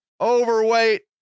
overweight